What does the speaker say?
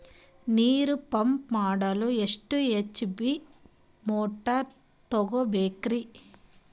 ನೀರು ಪಂಪ್ ಮಾಡಲು ಎಷ್ಟು ಎಚ್.ಪಿ ಮೋಟಾರ್ ತಗೊಬೇಕ್ರಿ?